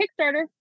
Kickstarter